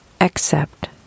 accept